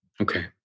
Okay